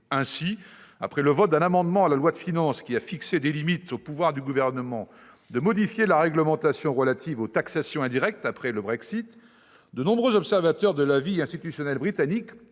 Ainsi, après le vote d'un amendement à la loi de finances qui a fixé des limites au pouvoir du Gouvernement de modifier, à la suite du Brexit, la réglementation relative aux taxations indirectes, de nombreux observateurs de la vie institutionnelle britannique